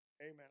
amen